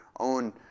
own